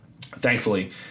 thankfully